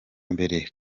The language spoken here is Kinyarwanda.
mbere